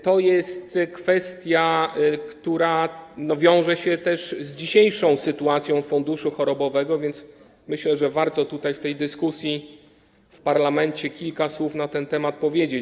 To jest kwestia, która wiąże się też z dzisiejszą sytuacją funduszu chorobowego, więc myślę, że warto w tej dyskusji w parlamencie kilka słów na ten temat powiedzieć.